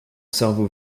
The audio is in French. cerveau